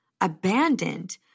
abandoned